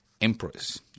emperors